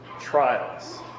trials